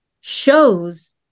shows